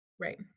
Right